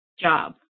job